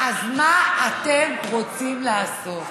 אז מה אתם רוצים לעשות?